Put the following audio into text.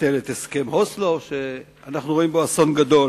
לבטל את הסכם אוסלו, שאנחנו רואים בו אסון גדול,